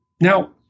now